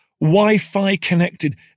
Wi-Fi-connected